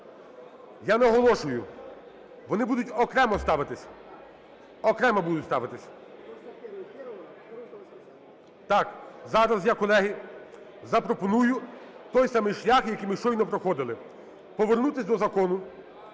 Окремо будуть ставитись. Так, зараз я, колеги, запропоную той самий шлях, який ми щойно проходили. Повернутись до закону